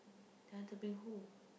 they want to bring home